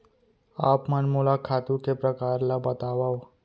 आप मन मोला खातू के प्रकार ल बतावव?